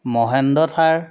Mahindra Thar